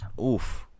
Oof